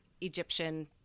Egyptian